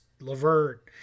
Levert